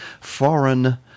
foreign